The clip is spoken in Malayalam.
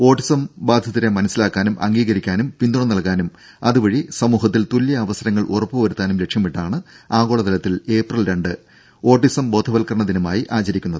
ഓട്ടിസം ബാധിതരെ മനസിലാക്കാനും അംഗീകരിക്കാനും പിന്തുണ നൽകാനും അതുവഴി സമൂഹത്തിൽ തുല്യ അവസരങ്ങൾ ഉറപ്പുവരുത്താനും ലക്ഷ്യമിട്ടാണ് ആഗോളതലത്തിൽ ഏപ്രിൽ രണ്ട് ഓട്ടിസം ബോധവൽക്കരണ ദിനമായി ആചരിക്കുന്നത്